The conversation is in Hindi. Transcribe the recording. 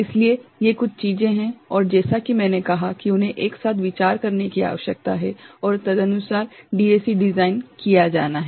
इसलिए ये कुछ चीजें हैं और जैसा कि मैंने कहा कि उन्हें एक साथ विचार करने की आवश्यकता है और तदनुसार डीएसी डिजाइन किया जाना है